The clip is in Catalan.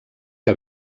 que